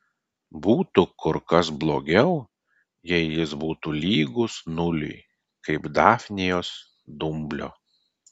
būtų kur kas blogiau jei jis būtų lygus nuliui kaip dafnijos dumblio